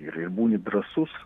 ir ir būni drąsus